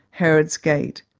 herod's gate.